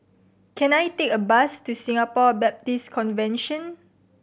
can I take a bus to Singapore Baptist Convention